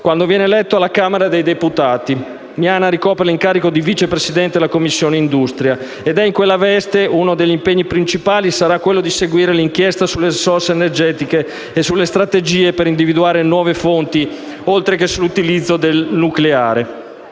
quando viene eletto alla Camera dei deputati. Lì Miana ricopre l'incarico di vice presidente della Commissione industria. In quella veste, uno degli impegni principali sarà quello di seguire l'inchiesta sulle risorse energetiche e sulle strategie per individuare nuove fonti oltre che sull'utilizzo del nucleare.